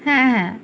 হ্যাঁ হ্যাঁ